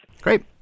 Great